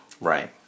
Right